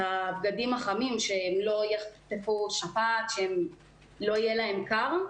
הבגדים החמים שהם לא יחטפו שפעת, שלא יהיה קר.